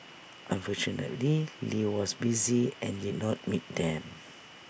unfortunately lee was busy and did not meet them